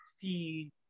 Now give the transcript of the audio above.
feed